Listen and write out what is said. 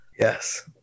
Yes